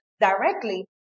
directly